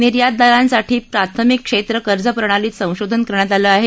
निर्यातदारांसाठी प्राथमिक क्षेत्र कर्ज प्रणालीत संशोधन करण्यात आलं आहे